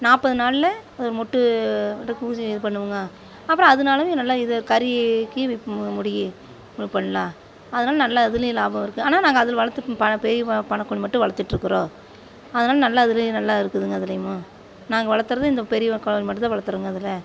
நாற்பது நாளில் ஒரு மொட்டு விட்டு ஊசி இது பண்ணுவோங்க அப்புறம் அதனாலயே நல்ல இது கறிக்கு விப் முடியும் பண்ணலாம் அதனால நல்ல இதுலையும் லாபம் இருக்குது ஆனால் நாங்கள் அதில் வளர்த்துட்டு ப பெரிய பண்ணை கோழி மட்டும் வளர்த்துட்டு இருக்கிறோம் அதனால நல்ல இதுலையும் நல்லா இருக்குதுங்க அதுலையும் நாங்கள் வளர்த்துறது இந்த பெரிய கோழி மட்டும்தான் வளத்துறோங்க இதுல